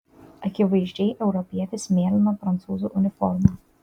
akivaizdžiai europietis mėlyna prancūzų uniforma